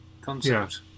concept